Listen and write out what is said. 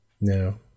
No